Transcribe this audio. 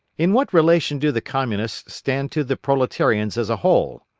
in what relation do the communists stand to the proletarians as a whole?